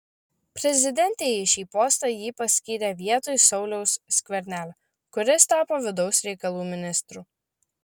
prezidentė į šį postą jį paskyrė vietoj sauliaus skvernelio kuris tapo vidaus reikalų ministru